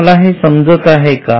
तुम्हाला हे समजत आहे का